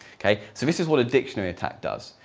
okay, so this is what a dictionary attack does.